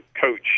coach